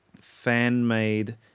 fan-made